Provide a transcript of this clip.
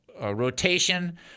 rotation